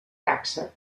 taxa